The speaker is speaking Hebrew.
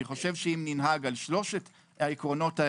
אם ננהג על שלושת העקרונות,